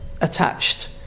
attached